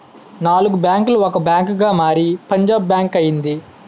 నాలుగు బ్యాంకులు ఒక బ్యాంకుగా మారి పంజాబ్ బ్యాంక్ అయింది